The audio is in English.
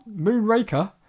Moonraker